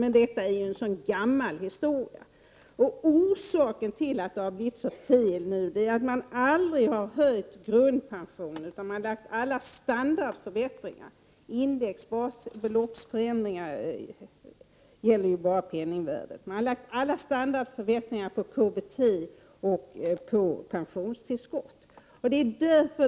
Men detta är ju en gammal historia, och orsaken till att det har blivit så fel nu är att man aldrig har höjt grundpensionen utan lagt alla standardförbättringar — indexoch basbelopps förändringar gäller ju bara penningvärdet — på KBT och på pensionstillskott.